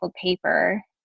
paper